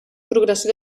progressió